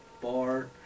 bar